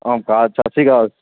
ਓਂਕਾਰ ਸਤਿ ਸ਼੍ਰੀ ਅਕਾਲ